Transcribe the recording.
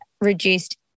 reduced